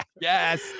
Yes